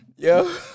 Yo